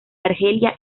argelia